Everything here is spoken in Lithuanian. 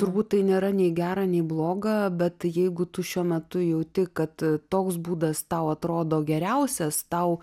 turbūt tai nėra nei gera nei bloga bet jeigu tu šiuo metu jauti kad toks būdas tau atrodo geriausias tau